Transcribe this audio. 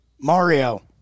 Mario